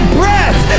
breath